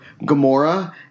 Gamora